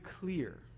clear